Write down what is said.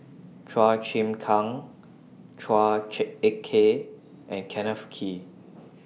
Chua Chim Kang Chua Ek Kay and Kenneth Kee